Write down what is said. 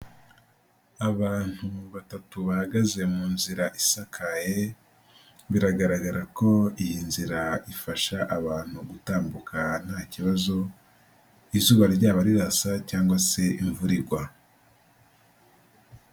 Abantu batatu bahagaze mu nzira isakaye, biragaragara ko iyi nzira ifasha abantu gutambuka nta kibazo izuba ryaba rirasa cyangwa se imvura igwa.